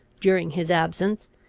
during his absence,